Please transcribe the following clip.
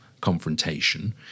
confrontation